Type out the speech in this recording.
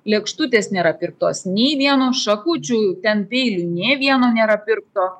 lėkštutės nėra pirktos nei vieno šakučių ten peilių nė vieno nėra pirkto